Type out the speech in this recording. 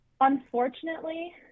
Unfortunately